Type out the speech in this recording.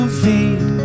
feed